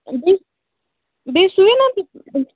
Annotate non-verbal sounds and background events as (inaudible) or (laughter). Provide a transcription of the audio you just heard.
بیٚیہِ بیٚیہِ سُیِو نَہ تُہۍ (unintelligible)